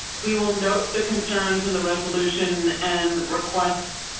we will note the concerns and the resolution and request.